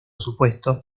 supuesto